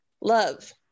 love